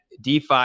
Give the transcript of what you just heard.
DeFi